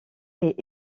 est